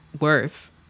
worse